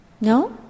No